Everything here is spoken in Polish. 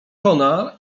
konar